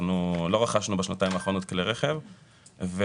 לא רכשנו בשנתיים האחרונות כלי רכב והעדכון